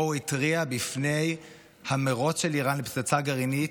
שבו הוא התריע מפני המרוץ של איראן לפצצה גרעינית,